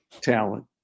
talent